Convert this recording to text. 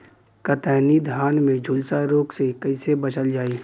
कतरनी धान में झुलसा रोग से कइसे बचल जाई?